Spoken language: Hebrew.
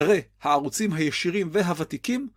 תראה, הערוצים הישירים והוותיקים.